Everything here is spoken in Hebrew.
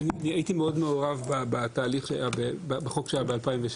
הייתי מאוד מעורב בתהליך החוק שהיה ב-2016,